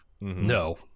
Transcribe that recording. no